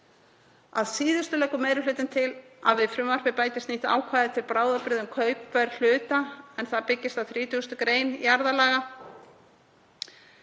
Að síðustu leggur meiri hlutinn til að við frumvarpið bætist nýtt ákvæði til bráðabirgða um kaupverð hluta en það byggist á 30. gr. jarðalaga,